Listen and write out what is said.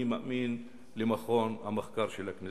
אני מאמין למרכז המחקר של הכנסת.